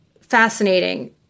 fascinating